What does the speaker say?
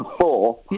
four